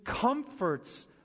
comforts